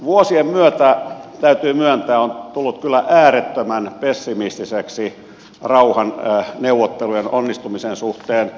vuosien myötä täytyy myöntää on tullut kyllä äärettömän pessimistiseksi rauhanneuvottelujen onnistumisen suhteen